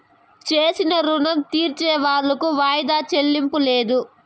చేసిన రుణం తీర్సేవాళ్లకు వాయిదా చెల్లింపు లేదు